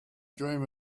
dream